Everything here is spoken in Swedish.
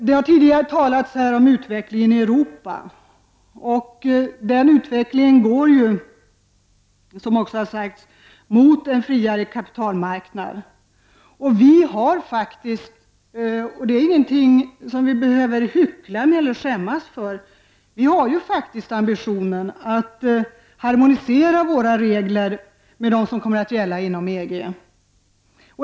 Det har tidigare här talats om utvecklingen i Europa, och den utvecklingen går ju, vilket också har sagts, mot en friare kapitalmarknad. Och vi har faktiskt, vilket inte är något som vi behöver hyckla med eller skämmas för, ambitionen att harmonisera våra regler med de regler som kommer att gälla inom EG.